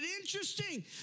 interesting